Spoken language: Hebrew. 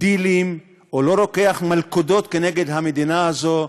דילים ולא רוקח מלכודות כנגד המדינה הזאת,